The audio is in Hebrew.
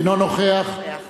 אינו נוכח